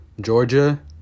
georgia